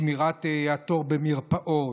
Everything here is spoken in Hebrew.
שמירת התור במרפאות,